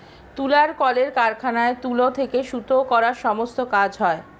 তুলার কলের কারখানায় তুলো থেকে সুতো করার সমস্ত কাজ হয়